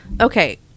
okay